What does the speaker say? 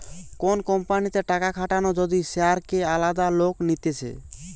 কোন কোম্পানিতে টাকা খাটানো যদি শেয়ারকে আলাদা লোক নিতেছে